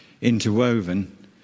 interwoven